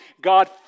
God